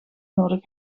nodig